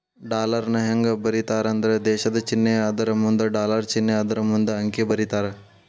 ಡಾಲರ್ನ ಹೆಂಗ ಬರೇತಾರಂದ್ರ ದೇಶದ್ ಚಿನ್ನೆ ಅದರಮುಂದ ಡಾಲರ್ ಚಿನ್ನೆ ಅದರಮುಂದ ಅಂಕಿ ಬರೇತಾರ